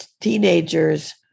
Teenagers